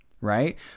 right